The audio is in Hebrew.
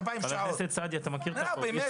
חבר הכנסת סעדי, אתה מכיר את החוק.